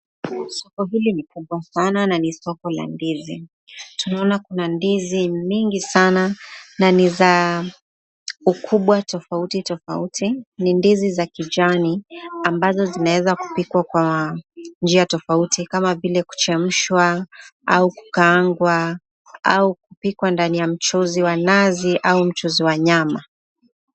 Soko hili ni kubwa sana na ni soko la ndizi .Tunaona kuna ndizi mingi sana na niza ukubwa tofauti tofauti ,ni ndizi za kijani ambazo zinaweza kupikwa kwa njia tofauti kama vile kuchemshwa au kukaangwa au kupikwa ndanin ya mchuzi wa nazi au mchuzi wa nyama.